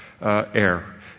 air